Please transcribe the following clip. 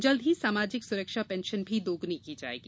जल्द ही सामाजिक सुरक्षा पेन्शन भी दोगुनी की जायेगी